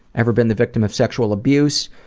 ever been the victim of sexual abuse?